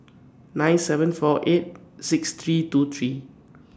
nine seven four eight six three two three